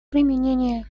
применение